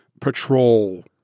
patrol